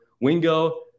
Wingo